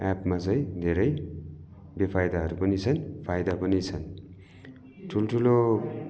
एप्पमा चाहिँ धेरै बेफाइदाहरू पनि छन् फाइदा पनि छन् ठुल्ठुलो